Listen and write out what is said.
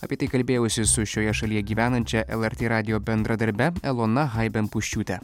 apie tai kalbėjausi su šioje šalyje gyvenančia lrt radijo bendradarbe elona haiben puščiūte